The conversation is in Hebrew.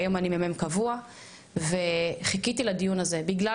היום אני מ"מ קבוע וחיכיתי לדיון הזה, בגלל